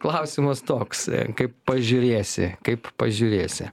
klausimas toks kaip pažiūrėsi kaip pažiūrėsi